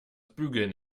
bügeln